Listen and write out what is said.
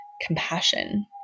compassion